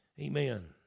Amen